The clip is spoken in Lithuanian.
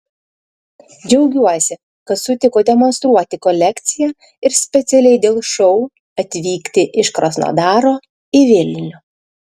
džiaugiuosi kad sutiko demonstruoti kolekciją ir specialiai dėl šou atvykti iš krasnodaro į vilnių